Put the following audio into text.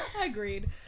agreed